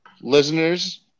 listeners